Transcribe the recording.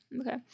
Okay